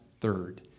third